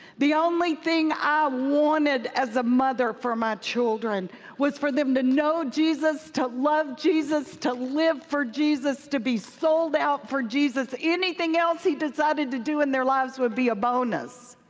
the only thing i wanted as a mother for my children was for them to know jesus, to love jesus, to live for jesus, to be sold out for jesus. anything else he decided to do in their lives would be a bonus,